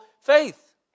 faith